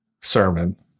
sermon